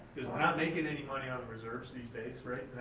cause we're not making any money on the reserves these days, right?